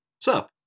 sup